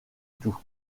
tout